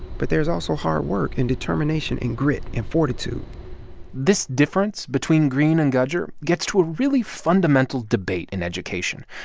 but there's also hard work and determination and grit and fortitude this difference between greene and gudger gets to a really fundamental debate in education.